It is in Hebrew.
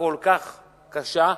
בצורה כל כך קשה,